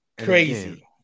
Crazy